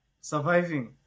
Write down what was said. Surviving